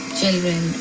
children